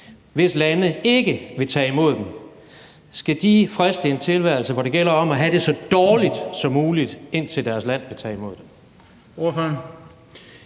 hvis lande ikke vil tage imod dem, friste en tilværelse, hvor det gælder om at have det så dårligt som muligt, indtil deres land vil tage imod dem?